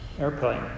airplane